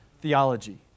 theology